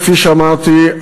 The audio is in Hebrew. כפי שאמרתי,